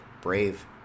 brave